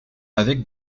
avec